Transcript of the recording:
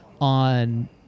on